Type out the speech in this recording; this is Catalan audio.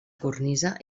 cornisa